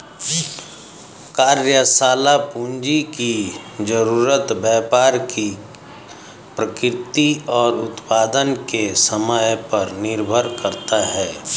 कार्यशाला पूंजी की जरूरत व्यापार की प्रकृति और उत्पादन के समय पर निर्भर करता है